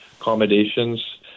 accommodations